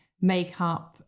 makeup